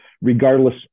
regardless